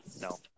no